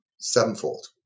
Sevenfold